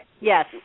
Yes